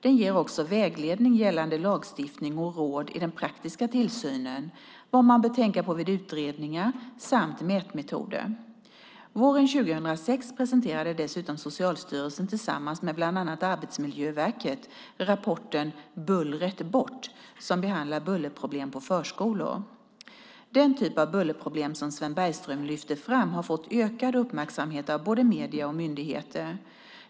Den ger också vägledning gällande lagstiftning och råd om den praktiska tillsynen, vad man bör tänka på vid utredningar samt mätmetoder. Våren 2006 presenterade dessutom Socialstyrelsen tillsammans med bland annat Arbetsmiljöverket rapporten Bullret bort! , som behandlar bullerproblem på förskolor. Den typ av bullerproblem som Sven Bergström lyfter fram har fått ökad uppmärksamhet av både medier och myndigheter.